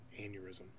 aneurysm